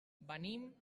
venim